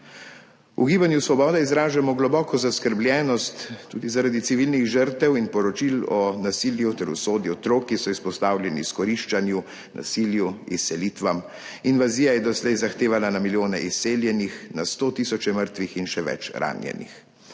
V Gibanju Svoboda izražamo globoko zaskrbljenost tudi zaradi civilnih žrtev in poročil o nasilju ter usodi otrok, ki so izpostavljeni izkoriščanju, nasilju, izselitvam. Invazija je doslej zahtevala na milijone izseljenih, na sto tisoče mrtvih in še več ranjenih,